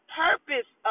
purpose